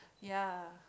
ya